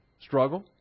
struggle